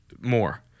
more